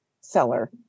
seller